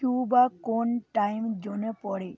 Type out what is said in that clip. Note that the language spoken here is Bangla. কিউবা কোন টাইম জোনে পড়ে